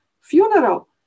funeral